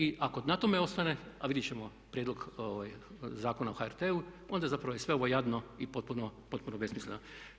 I ako na tome ostane, a vidjet ćemo prijedlog Zakona o HRT-u onda zapravo je sve ovo jadno i potpuno besmisleno.